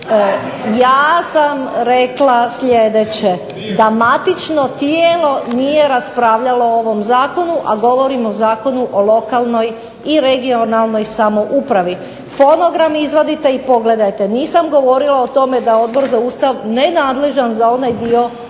Ja sam rekla sljedeće, da matično tijelo nije raspravljalo o ovom zakonu, a govorim o Zakonu o lokalnoj i regionalnoj samoupravi. Fonogram izvadite i pogledajte, nisam govorila o tome da je Odbor za Ustav nenadležan za onaj dio izborni,